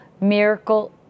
Miracle